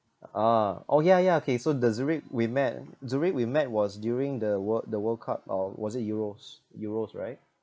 ah oh ya ya okay so the Zurich we met Zurich we met was during the world the world cup or was it euros euros right